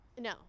No